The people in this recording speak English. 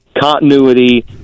continuity